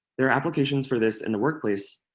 there are applications for this in the workplace,